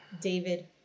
David